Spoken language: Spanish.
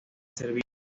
servicio